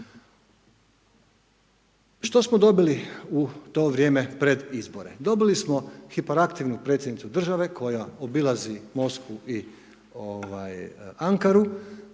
Što smo dobili u to vrijeme pred izbore? Dobili smo hiperaktivnu predsjednicu države koja obilazi Moskvu i Ankaru